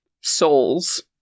souls